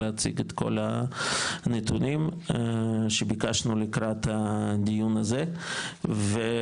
להציג את כל הנתונים שביקשנו לקראת הדיון הזה וכמובן